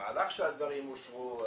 במהלך שהדברים אושרו,